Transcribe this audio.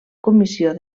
comissió